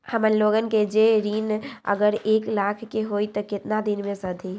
हमन लोगन के जे ऋन अगर एक लाख के होई त केतना दिन मे सधी?